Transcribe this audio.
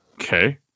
okay